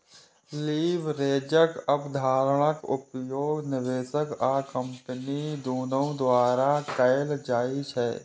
लीवरेजक अवधारणाक उपयोग निवेशक आ कंपनी दुनू द्वारा कैल जाइ छै